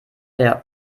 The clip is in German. der